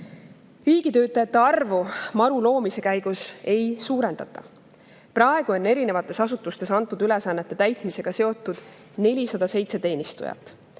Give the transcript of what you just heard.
partneritega. Riigitöötajate arvu MaRu loomise käigus ei suurendata. Praegu on erinevates asutustes antud ülesannete täitmisega seotud 407 teenistujat.